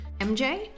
MJ